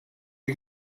you